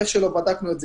איך שלא בדקנו את זה,